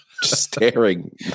staring